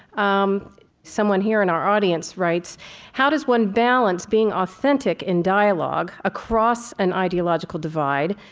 um somewhere here in our audience writes how does one balance being authentic in dialogue across an ideological divide,